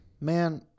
Man